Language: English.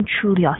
truly